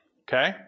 Okay